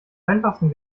einfachsten